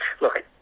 look